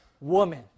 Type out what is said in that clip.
woman